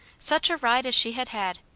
such a ride as she had had!